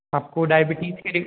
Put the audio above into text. आपको डायबिटीज़ के